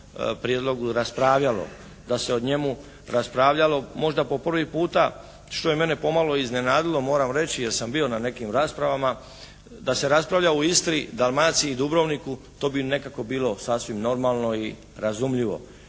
prijedlogu raspravljalo, da se o njemu raspravljalo možda po prvi puta što je mene pomalo iznenadilo moram reći jer sam bio na nekim raspravama, da se raspravlja u Istri, Dalmaciji i Dubrovniku to bi nekako bilo sasvim normalno i razumljivo.